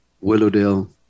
Willowdale